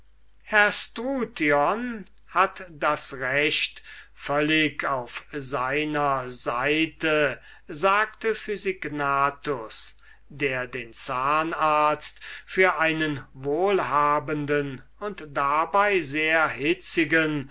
herr struthion hat das recht völlig auf seiner seite sagte physignathus der den zahnarzt für einen wohlhabenden und dabei sehr hitzigen